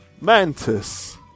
Mantis